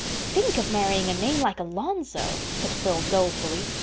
think of marrying a name like alonzo! said phil dolefully.